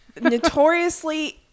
notoriously